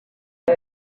kiu